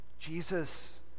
Jesus